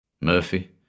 Murphy